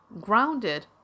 grounded